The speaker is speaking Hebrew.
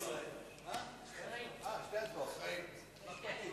לדיון מוקדם בוועדת החוקה, חוק ומשפט נתקבלה.